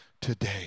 today